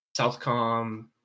Southcom